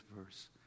verse